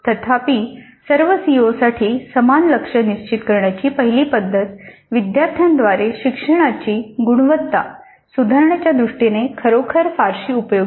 तथापि सर्व सीओसाठी समान लक्ष्य निश्चित करण्याची पहिली पद्धत विद्यार्थ्यांद्वारे शिक्षणाची गुणवत्ता सुधारण्याच्या दृष्टीने खरोखर फारशी उपयोगी नाही